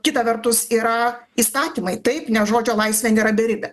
kita vertus yra įstatymai taip nes žodžio laisvė nėra beribė